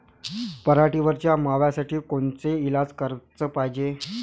पराटीवरच्या माव्यासाठी कोनचे इलाज कराच पायजे?